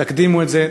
תקדימו את זה,